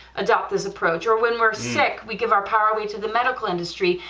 adopt this approach, or when we're sick we give our power away to the medical industry,